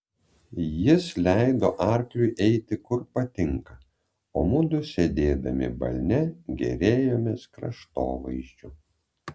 jis leido arkliui eiti kur patinka o mudu sėdėdami balne gėrėjomės kraštovaizdžiu